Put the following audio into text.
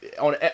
on